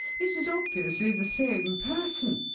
it is obviously the same person.